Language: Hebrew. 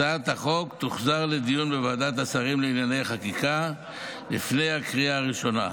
הצעת החוק תוחזר לדיון בוועדת השרים לענייני חקיקה לפני הקריאה הראשונה.